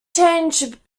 change